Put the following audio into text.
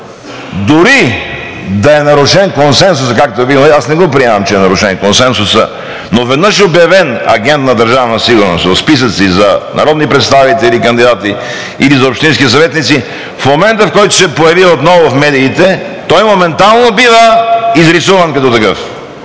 дори да е нарушен консенсусът, аз не го приемам, че е нарушен консенсусът, но веднъж обявен агент на Държавна сигурност, в списъци за народни представители и кандидати или за общински съветници, в момента, в който се появи отново в медиите, той моментално бива изрисуван като такъв.